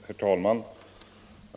Herr talman!